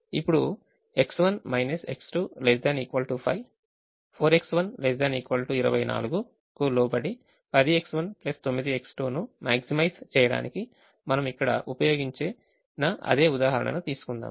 ఇప్పుడు X1 X2≤5 4X1 ≤ 24 కు లోబడి 10X1 9X2 ను maximize చేయడానికి మనము ఇక్కడ ఉపయోగించిన అదే ఉదాహరణను తీసుకుందాం